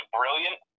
brilliant